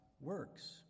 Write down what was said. works